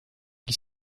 que